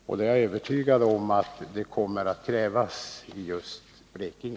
Jag är övertygad om att sådana kommer att krävas i just Blekinge